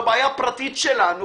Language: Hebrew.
פרטית שלנו